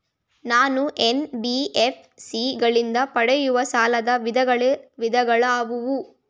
ನಾನು ಎನ್.ಬಿ.ಎಫ್.ಸಿ ಗಳಿಂದ ಪಡೆಯುವ ಸಾಲದ ವಿಧಗಳಾವುವು?